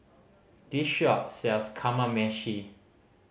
this shop sells Kamameshi